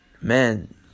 man